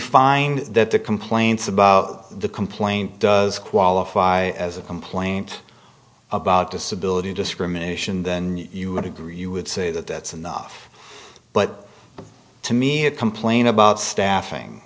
find that the complaints about the complaint does qualify as a complaint about disability discrimination then you want to green you would say that that's enough but to me a complain about staffing